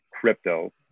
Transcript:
crypto